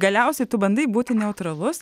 galiausiai tu bandai būti neutralus